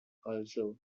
also